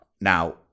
Now